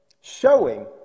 Showing